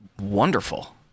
wonderful